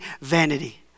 vanity